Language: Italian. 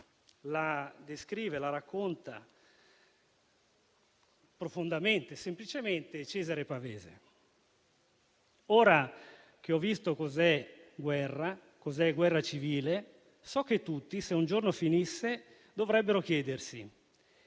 la descrive, la racconta profondamente e semplicemente Cesare Pavese: «Ora che ho visto cos'è guerra, cos'è guerra civile, so che tutti, se un giorno finisse, dovrebbero chiedersi: